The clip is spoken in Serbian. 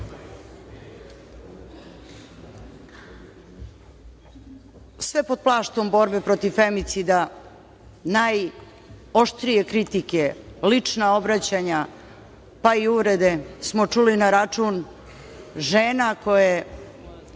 Sve pod plaštom borbe protiv femicida najoštrije kritike, lična obraćanja, pa i uvrede smo čuli na račun žena koje